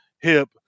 hip